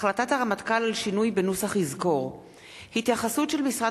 החלטת הרמטכ"ל על שינוי בנוסח "יזכור"; התייחסות של משרד